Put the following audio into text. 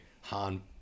Han